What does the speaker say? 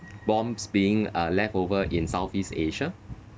bombs being uh leftover in southeast asia